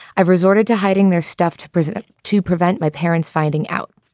i've resorted to hiding their stuff to present to prevent my parents finding out.